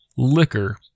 liquor